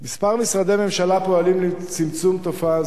כמה משרדי ממשלה פועלים לצמצום תופעה זו.